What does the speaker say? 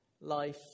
life